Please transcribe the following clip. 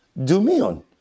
Dumion